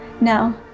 No